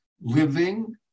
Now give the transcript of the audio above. Living